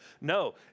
No